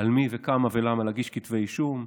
על מי וכמה ולמה להגיש כתבי אישום.